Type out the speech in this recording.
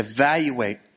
Evaluate